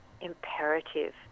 imperative